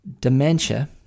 Dementia